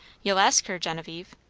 you'll ask her, genevieve?